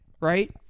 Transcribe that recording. right